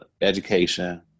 education